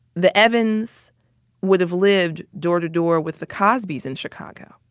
the evans would've lived door to door with the cosbys in chicago,